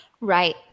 Right